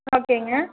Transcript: ஓகேங்க